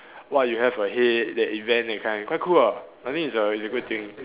what you have ahead that event that kind quite cool ah I think it's a it's a good thing